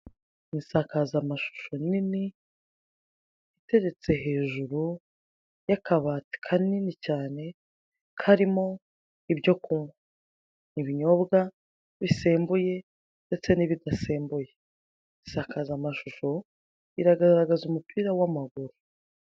Insakazamashusho nini iteretse hejuru y'akabati kanini cyane karimo ibyo kunywa ibinyobwa bisembuye n'ibidasembuye, insakazamashusho iragaragaza umupira w'amaguru.